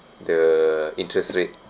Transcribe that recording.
the interest rate